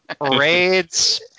Parades